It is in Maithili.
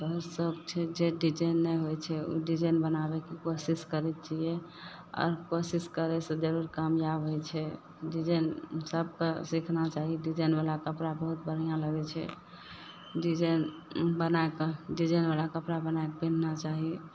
बहुत सओख छै जे डिजाइन नहि होइ छै उ डिजाइन बनाबयके कोशिश करय छियै आओर कोशिश करयसँ जरूर कामयाब होइ छै डिजाइन सबके सीखना चाही डिजाइनवला कपड़ा बहुत बढ़िआँ लगय छै डिजाइन बनायके डिजाइनवला कपड़ा बनायके पीन्हना चाही